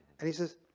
and he says,